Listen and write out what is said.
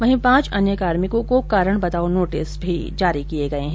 वहीं पांच अन्य कार्मिकोंको कारण बताओ नोटिस भी जारी किए गए है